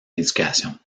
éducation